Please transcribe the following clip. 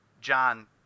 John